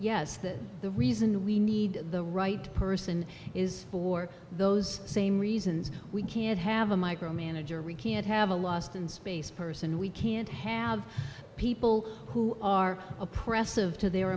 yes that the reason we need the right person is for those same reasons we can't have a micro manager we can't have a lost in space person we can't have people who are oppressive to their